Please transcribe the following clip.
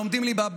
לומדים ליבה,